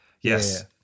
yes